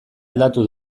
aldatu